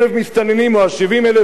שכבר נמצאים פה,